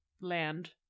land